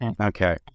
Okay